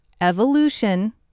EVOLUTION